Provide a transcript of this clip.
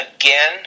again